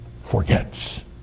forgets